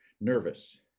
nervous